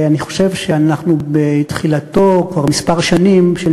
אני חושב שאנחנו כבר כמה שנים בתחילתו של